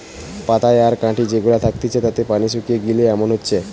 পাতায় আর কাঠি যে গুলা থাকতিছে তাতে পানি শুকিয়ে গিলে এমন হচ্ছে